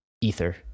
Ether